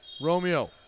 Romeo